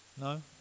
No